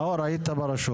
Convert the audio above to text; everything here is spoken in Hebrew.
נאור, היית ברשות.